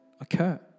occur